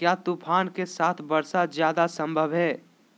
क्या तूफ़ान के साथ वर्षा जायदा संभव है?